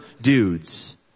dudes